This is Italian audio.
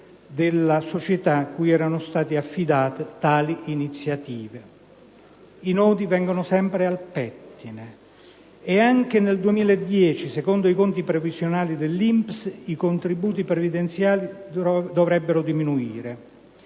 della società cui erano state affidate tali iniziative. I nodi vengono sempre al pettine. Anche nel 2010, secondo i conti previsionali dell'INPS, i contributi previdenziali dovrebbero diminuire.